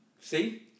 See